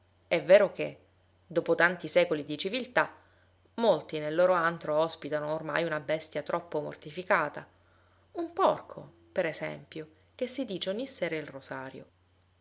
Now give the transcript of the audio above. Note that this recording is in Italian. è vero che dopo tanti secoli di civiltà molti nel loro antro ospitano ormai una bestia troppo mortificata un porco per esempio che si dice ogni sera il rosario